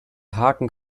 haken